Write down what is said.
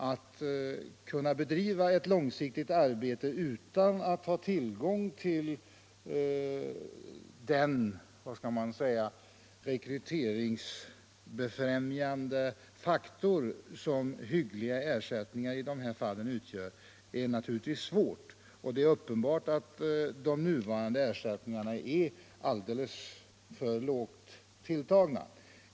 Att kunna bedriva ett långsiktigt arbete utan att ha tillgång till den rekryteringsbefrämjande faktor som hyggliga ersättningar utgör är naturligtvis svårt. Det är uppenbart att de nuvarande ersättningarna är alldeles för lågt tilltagna.